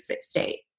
state